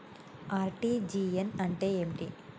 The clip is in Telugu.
ఆర్.టి.జి.ఎస్ అంటే ఏమిటి?